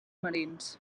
marins